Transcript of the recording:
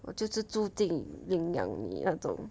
我就是注定领养你那种